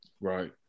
right